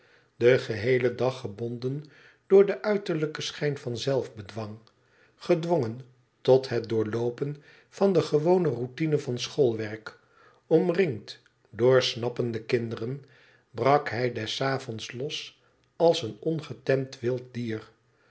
den geheelen dag gebonden door den uiterlijken schijn van zelfbedwang gedwongen tot het doorloopen van de gewone routine van schoolwerk omringd door snappende kinderen brak hij des avonds los als een ongetemd wild dier